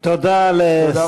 תודה, תודה רבה.